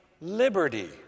liberty